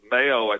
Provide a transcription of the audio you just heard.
Mayo